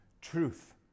truth